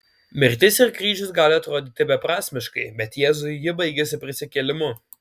mirtis ir kryžius gali atrodyti beprasmiškai bet jėzui ji baigėsi prisikėlimu